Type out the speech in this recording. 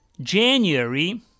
January